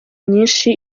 nyinshi